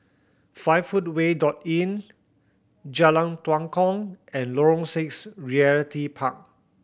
Five Footway dot Inn Jalan Tua Kong and Lorong Six Realty Park